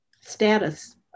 status